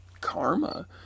karma